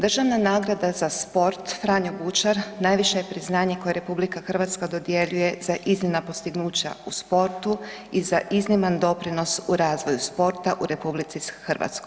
Državna nagrada za sport Franjo Bučar najviše je priznanje koje RH dodjeljuje za iznimna postignuća u sportu i za izniman doprinos u razvoju sporta u RH.